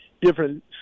different